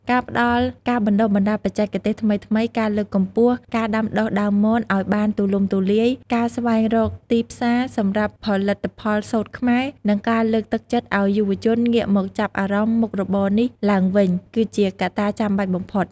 ការផ្ដល់ការបណ្ដុះបណ្ដាលបច្ចេកទេសថ្មីៗ ការលើកកម្ពស់ការដាំដុះដើមមនឲ្យបានទូលំទូលាយ ការស្វែងរកទីផ្សារសម្រាប់ផលិតផលសូត្រខ្មែរ និងការលើកទឹកចិត្តឲ្យយុវជនងាកមកចាប់អារម្មណ៍មុខរបរនេះឡើងវិញ គឺជាកត្តាចាំបាច់បំផុត។